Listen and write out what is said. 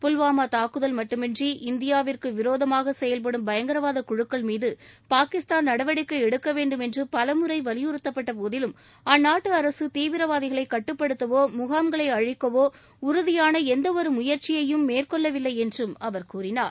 புல்வாமா தாக்குதல் மட்டுமின்றி இந்தியாவிற்கு விரோதமாக செயல்படும் பயங்கரவாத குழுக்கள் மீது பாகிஸ்தான் நடவடிக்கை எடுக்கவேண்டும் என்று பலமுறை வலியுறுத்தப்பட்ட போதிலும் அந்நாட்டு அரக தீவிரவாதிகளை கட்டுப்படுத்தவோ முகாம்களை அழிக்கவோ உறுதியாள எந்தவொரு முயற்சியையும் மேற்கொள்ளவில்லை என்றும் அவர் கூறினார்